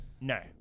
no